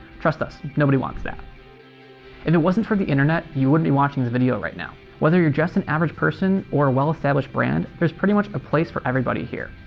trust us nobody wants that. if and it wasn't for the internet you wouldn't be watching this video right now. whether you're just an average person or a well established brand there's pretty much a place for everybody here.